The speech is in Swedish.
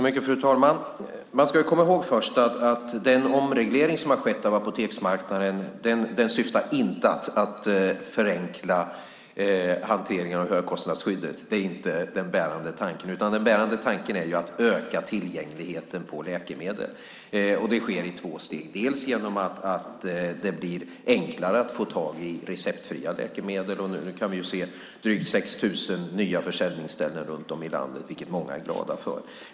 Fru talman! Man ska först och främst komma ihåg att den omreglering som har skett av apoteksmarknaden inte syftar till att förändra hanteringen av högkostnadsskyddet. Det är inte den bärande tanken. Den bärande tanken är att öka tillgängligheten på läkemedel. Det sker i två steg. Det första är att det blir enklare att få tag i receptfria läkemedel. Nu kan vi se drygt 6 000 nya försäljningsställen runt om i landet, vilket många är glada för.